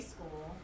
School